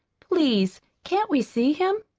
please can't we see him?